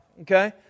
okay